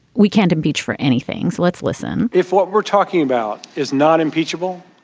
we can't impeach for anything. let's listen if what we're talking about is not impeachable,